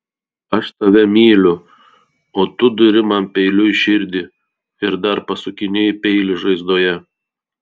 aš tave myliu o tu duri man peiliu į širdį ir dar pasukinėji peilį žaizdoje